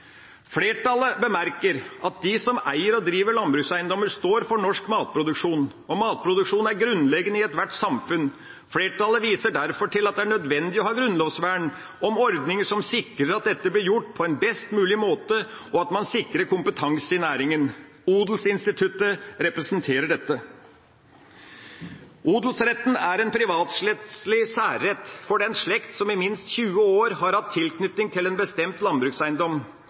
Flertallet bemerker at de som eier og driver landbrukseiendommer, står for norsk matproduksjon, og matproduksjon er grunnleggende i ethvert samfunn. Flertallet viser derfor til at det er nødvendig å ha grunnlovsvern om ordninger som sikrer at dette blir gjort på en best mulig måte, og at man sikrer kompetanse i næringen. Odelsinstituttet representerer dette. Odelsretten er en privatrettslig særrett for den slekt som i minst 20 år har hatt tilknytning til en bestemt landbrukseiendom,